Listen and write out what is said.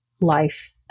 life